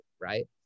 right